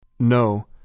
No